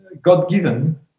God-given